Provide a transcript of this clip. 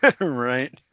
Right